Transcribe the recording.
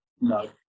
No